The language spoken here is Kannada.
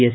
ಎಸ್